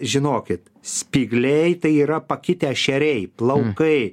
žinokit spygliai tai yra pakitę šeriai plaukai